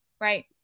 right